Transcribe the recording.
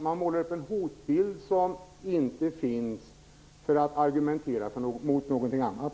Man målar upp en hotbild som inte finns för att argumentera mot någonting annat.